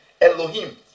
Elohim